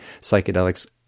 psychedelics